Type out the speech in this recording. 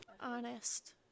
honest